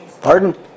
Pardon